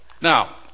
Now